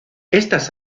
estas